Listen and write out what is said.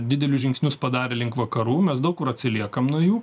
didelius žingsnius padarę link vakarų mes daug kur atsiliekam nuo jų